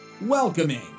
Welcoming